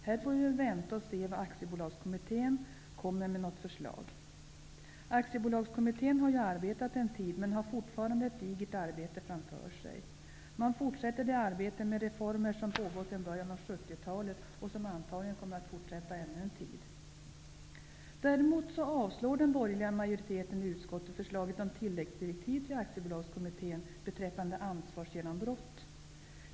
Här får vi väl vänta och se om Aktiebolagskommittén kommer med något förslag. Aktiebolagskommittén har ju arbetat en tid men har fortfarande ett digert arbete framför sig. Man fortsätter det arbete med reformer som har pågått sedan början av 70-talet och som antagligen kommer att fortsätta ännu en tid. Däremot avstyrker den borgerliga majoriteten i utskottet förslaget om tilläggsdirektiv till Aktiebolagskommittén beträffande ansvarsgenombrott.